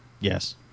Yes